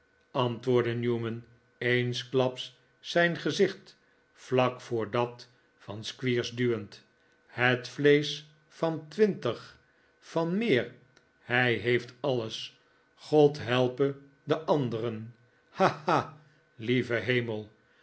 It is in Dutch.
antwoordde newman eensklaps zijn gezicht vlak voor dat van squeers duwend het vleesch van twintig van meer hij heeft alles god helpe de anderen ha ha lieve hemel